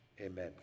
Amen